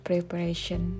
Preparation